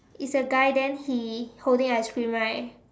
is a guy then he holding ice cream right